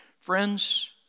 Friends